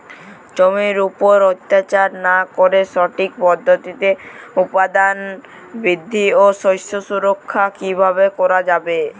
জমির উপর অত্যাচার না করে সঠিক পদ্ধতিতে উৎপাদন বৃদ্ধি ও শস্য সুরক্ষা কীভাবে করা যাবে?